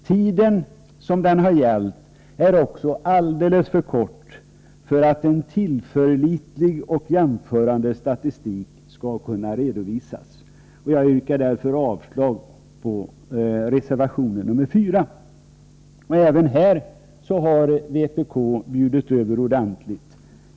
Vidare är den tid under vilken skatten tillämpats alldeles för kort för att en tillförlitlig och jämförande statistik skall kunna redovisas. Jag yrkar därför avslag på reservation nr 4. Även på denna punkt har vpk bjudit över ordentligt.